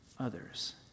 others